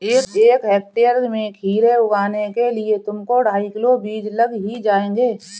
एक हेक्टेयर में खीरे उगाने के लिए तुमको ढाई किलो बीज लग ही जाएंगे